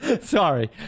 Sorry